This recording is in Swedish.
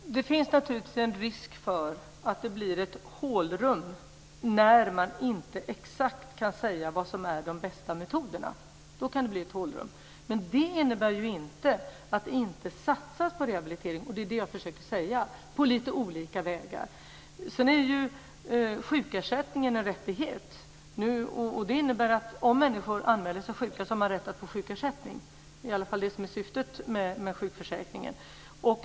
Herr talman! Det finns naturligtvis en risk för att det blir ett hålrum när man inte exakt kan säga vilka metoder som är de bästa. Då kan det bli ett hålrum. Men det innebär inte att det inte satsas på rehabilitering - det är det jag försöker säga - på lite olika vägar. Sjukersättningen är en rättighet. Det innebär att människor har rätt att få sjukersättning om de anmäler sig sjuka. Det är i alla fall det som är syftet med sjukförsäkringen.